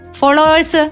followers